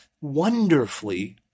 wonderfully